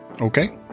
okay